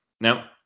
now